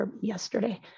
yesterday